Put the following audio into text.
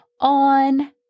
on